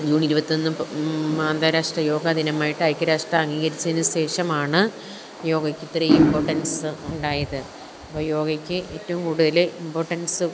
June ഇരുപത്തൊന്ന് അന്താരാഷ്ട്ര യോഗ ദിനമായിട്ട് ഐക്യരാഷ്ട്രം അംഗീകരിച്ചതിന് ശേഷമാണ് യോഗയ്ക്ക് ഇത്രയും ഇമ്പോർട്ടന്സ് ഉണ്ടായത് അപ്പോൾ യോഗയ്ക്ക് ഏറ്റവും കൂടുതൽ ഇമ്പോർട്ടന്സ്